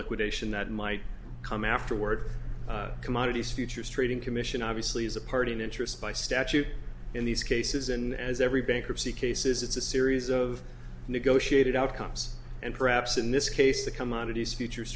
liquidation that might come afterward commodities futures trading commission obviously is a party in interest by statute in these cases and as every bankruptcy case is it's a series of negotiated outcomes and perhaps in this case the come out of these futures